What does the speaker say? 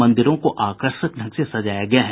मंदिरों को आकर्षक ढंग से सजाया गया है